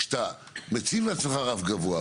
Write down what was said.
כשאת מציב לעצמך רף גבוה,